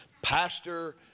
Pastor